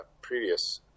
previous